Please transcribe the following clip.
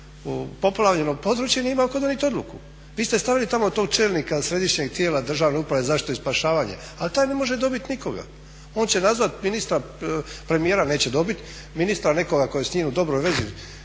u poplavljeno područje nije imao tko donijeti odluku. Vi ste stavili tamo tog čelnika Središnjeg tijela državne uprave za zaštitu i spašavanje ali taj ne može dobiti nikoga. On će nazvati ministra, premijera neće dobiti, ministra nekog koji je s njim u dobroj vezi